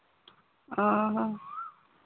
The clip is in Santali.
ᱚ ᱦᱚᱸ